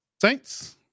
Saints